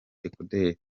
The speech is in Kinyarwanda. dekoderi